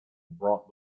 brought